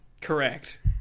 Correct